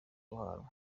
guhanwa